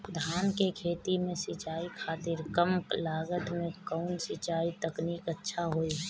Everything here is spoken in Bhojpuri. धान के खेती में सिंचाई खातिर कम लागत में कउन सिंचाई तकनीक अच्छा होई?